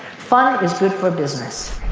fun is good for business.